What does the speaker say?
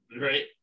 Right